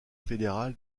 fédéral